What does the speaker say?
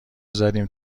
زدیم